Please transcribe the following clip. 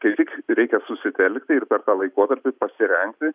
kaip tik reikia susitelkti ir per tą laikotarpį pasirengti